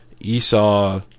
Esau